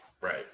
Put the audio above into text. Right